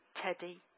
teddy